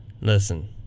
Listen